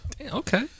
Okay